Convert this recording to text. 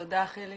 תודה חיליק.